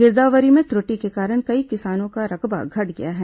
गिरदावरी में त्रुटि के कारण कई किसानों का रकबा घट गया है